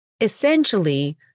essentially